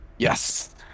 Yes